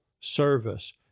service